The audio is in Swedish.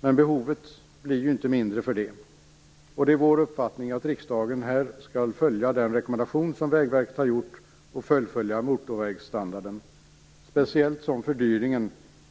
Men behovet blir ju faktiskt inte mindre för det, och det är vår uppfattning att riksdagen här skall följa den rekommendation som Vägverket har gjort och fullfölja motorvägsstandarden - särskilt som fördyringen